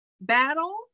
battle